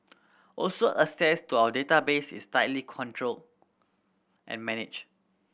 also access to our database is tightly controlled and managed